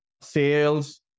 sales